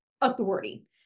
authority